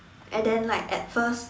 and then like at first